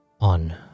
On